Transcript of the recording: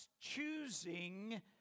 choosing